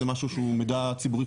זה משהו שהוא מידע ציבורי,